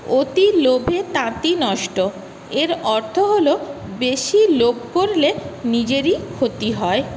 অতি লোভে তাঁতি নষ্ট এর অর্থ হল বেশি লোভ করলে নিজেরই ক্ষতি হয়